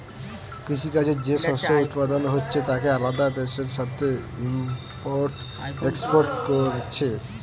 কৃষি কাজে যে শস্য উৎপাদন হচ্ছে তাকে আলাদা দেশের সাথে ইম্পোর্ট এক্সপোর্ট কোরছে